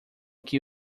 que